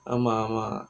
ஆமா ஆமா:aamaa aamaa